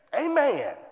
Amen